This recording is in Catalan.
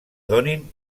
donin